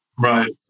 Right